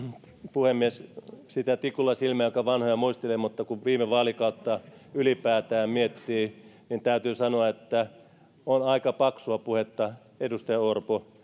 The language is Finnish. puhemies sitä tikulla silmään joka vanhoja muistelee mutta kun viime vaalikautta ylipäätään miettii niin täytyy sanoa että on aika paksua puhetta edustaja orpo